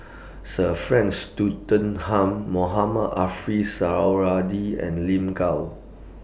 Sir Frank Mohamed Suradi and Lin Gao